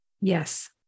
Yes